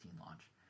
launch